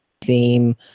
theme